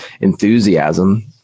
enthusiasm